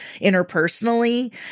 interpersonally